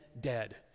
dead